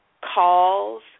calls